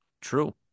True